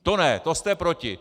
To ne, to jste proti!